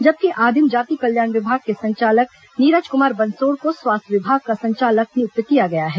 जबकि आदिम जाति कल्याण विभाग के संचालक नीरज कुमार बंसोड़ को स्वास्थ्य विभाग का संचालक नियुक्त किया गया है